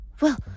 Well